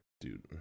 Dude